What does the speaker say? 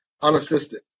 unassisted